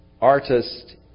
artist